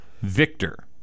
Victor